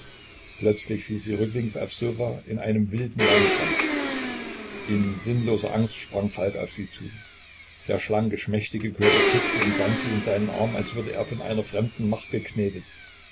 plötzlich fiel sie rücklings aufs sofa in einem wilden weinkrampf in sinnloser angst sprang falk auf sie zu der schlanke schmächtige körper zuckte und wand sich in seinen armen als würde er von einer fremden macht geknetet